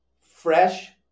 fresh